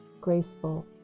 graceful